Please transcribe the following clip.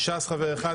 לש"ס חבר אחד,